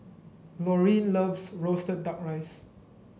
Laureen loves roasted duck rice